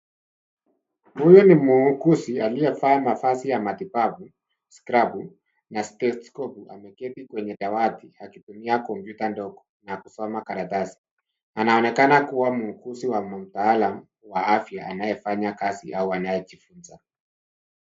Huyu ni muuguzi aliyevaa mavazi ya matibabu, skrabu na stethiskopu. Ameketi kwenye dawati, akitumia kompyuta ndogo na kusoma karatasi. Anaonekana kuwa muuguzi wa kitaalam wa afya anayefanya kazi au anayejifunza.